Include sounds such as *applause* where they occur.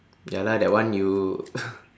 ya lah that one you *laughs*